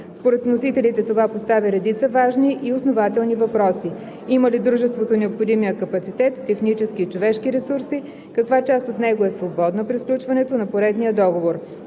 Според вносителите това поставя редица важни и основателни въпроси. Има ли дружеството необходимия капацитет – технически и човешки ресурси, каква част от него е „свободна“ при сключването на поредния договор?